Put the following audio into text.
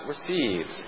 receives